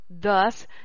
thus